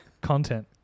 content